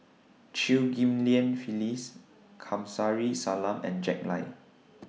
Chew Ghim Lian Phyllis Kamsari Salam and Jack Lai